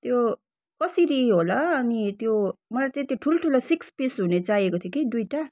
त्यो कसरी होला अनि त्यो मलाई चाहिँ त्यो ठुल्ठुलो सिक्स पिस हुने चाहिएको थियो कि दुइटा